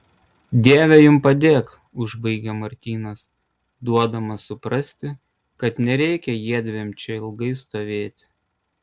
dieve jums padėk užbaigia martynas duodamas suprasti kad nereikia jiedviem čia ilgai stovėti